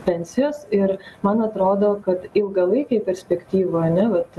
pensijos ir man atrodo kad ilgalaikėj perspektyvoj ane vat